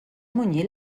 munyit